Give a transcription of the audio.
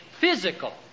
physical